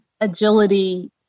agility